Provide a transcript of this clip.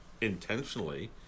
intentionally